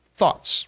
thoughts